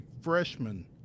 freshman